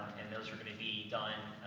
and those are gonna be done,